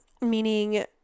meaning